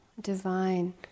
divine